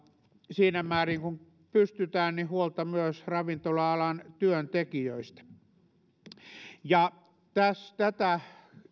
siinä määrin kuin pystytään huolta myös ravintola alan työntekijöistä tätä